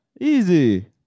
easy